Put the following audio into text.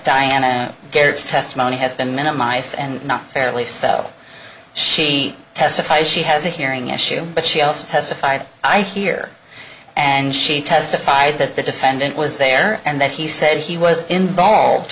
diana cares testimony has been minimized and not fairly subtle she testifies she has a hearing issue but she also testified i hear and she testified that the defendant was there and that he said he was involved